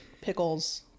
pickles